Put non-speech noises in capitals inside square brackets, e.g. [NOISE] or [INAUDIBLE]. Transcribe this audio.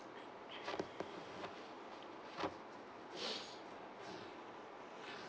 [BREATH]